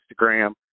Instagram